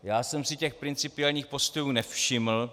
Já jsem si těch principiálních postojů nevšiml.